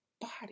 body